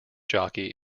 jockey